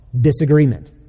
disagreement